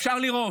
אפשר לראות.